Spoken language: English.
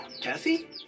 kathy